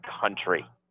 country